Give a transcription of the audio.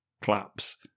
claps